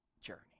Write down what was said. journey